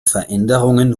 veränderungen